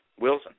Wilson